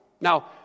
Now